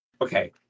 Okay